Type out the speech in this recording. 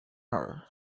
her